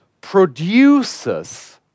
produces